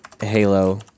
Halo